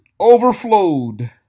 overflowed